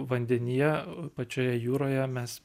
vandenyje pačioje jūroje mes